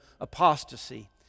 apostasy